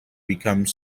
become